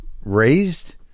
raised